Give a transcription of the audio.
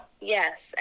Yes